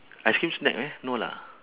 ice cream snack meh no lah